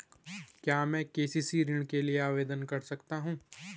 क्या मैं के.सी.सी ऋण के लिए आवेदन कर सकता हूँ?